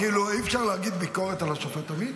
אי-אפשר להגיד ביקורת על השופט עמית?